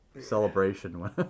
celebration